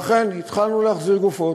ואכן התחלנו להחזיר גופות,